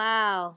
Wow